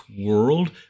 world